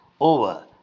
over